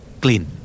Clean